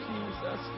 Jesus